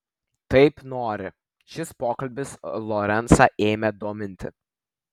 taip nori šis pokalbis lorencą ėmė dominti